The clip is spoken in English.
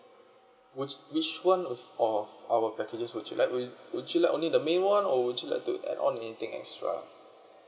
would which one of our packages would you like would would you like only the main one or would you like to add on anything extra